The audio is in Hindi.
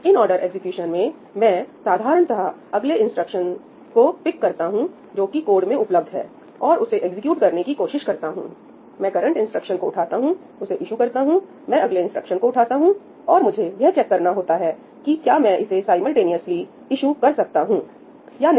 इनऑर्डर एग्जीक्यूशन में मैं साधारणत अगले इंस्ट्रक्शन को पिक करता हूंजोकि कोड में उपलब्ध है और उसे एग्जीक्यूट करने की कोशिश करता हूं मैं करंट इंस्ट्रक्शन को उठाता हूं उसे ईशु करता हूं मैं अगले इंस्ट्रक्शन को उठाता हूं और मुझे यह चेक करना होता है कि क्या मैं इसे साईंमलटेनियसली ईशु कर सकता हूं या नहीं